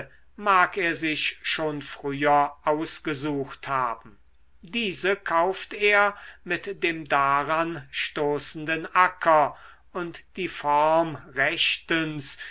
mag er sich schon früher ausgesucht haben diese kauft er mit dem daran stoßenden acker und die form rechtens